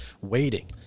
waiting